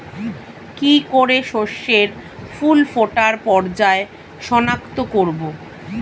কি করে শস্যের ফুল ফোটার পর্যায় শনাক্ত করব?